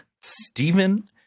Stephen